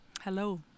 Hello